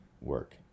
work